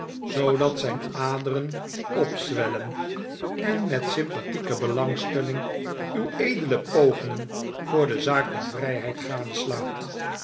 zoodat zijn aderen opzwellen en met sympathieke belangstelling uw edele pogingen voor de zaak der vrijheid